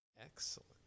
Excellent